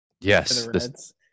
Yes